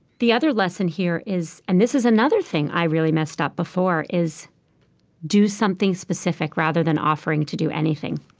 the other lesson here is and this is another thing i really messed up before is do something specific rather than offering to do anything.